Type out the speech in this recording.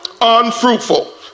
unfruitful